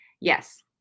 Yes